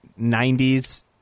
90s